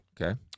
Okay